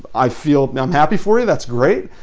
i feel, i'm happy for you. that's great.